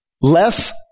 less